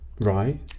Right